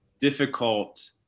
difficult